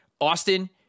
austin